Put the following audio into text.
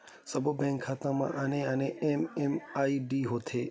सब्बो बेंक खाता म आने आने एम.एम.आई.डी होथे